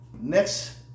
Next